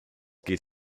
geht